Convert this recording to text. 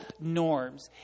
norms